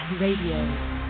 Radio